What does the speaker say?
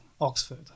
Oxford